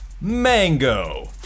Mango